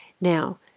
Now